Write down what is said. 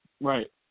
Right